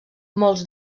molts